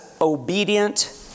obedient